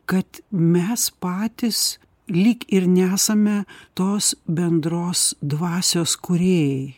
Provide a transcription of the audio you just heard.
kad mes patys lyg ir nesame tos bendros dvasios kūrėjai